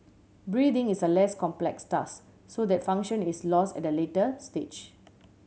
breathing is a less complex task so that function is lost at a later stage